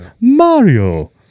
Mario